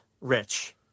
Rich